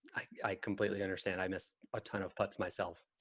i completely understand i miss a ton of putts myself